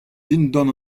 dindan